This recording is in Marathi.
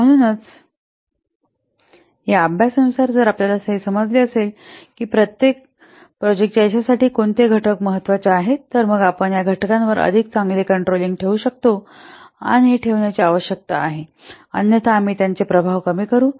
म्हणूनच या अभ्यासानुसार जर आपल्याला हे समजले असेल की प्रोजेक्टच्या यशासाठी कोणते घटक सर्वात महत्वाचे आहेत तर मग आपण या घटकांवर अधिक चांगले नियंत्रण ठेवू शकतो की नाही ते ठरविण्याची आवश्यकता आहे अन्यथा आम्ही त्यांचे प्रभाव कमी करू